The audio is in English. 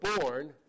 born